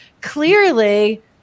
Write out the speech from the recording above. Clearly